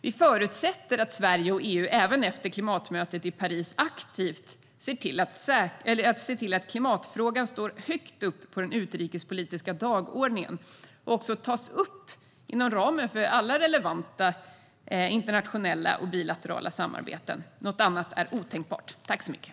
Vi förutsätter att Sverige och EU, även efter klimatmötet i Paris, aktivt ser till att klimatfrågan står högt upp på den utrikespolitiska dagordningen och tas upp inom ramen för alla relevanta internationella och bilaterala samarbeten. Något annat är otänkbart.